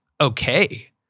okay